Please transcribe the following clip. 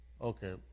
Okay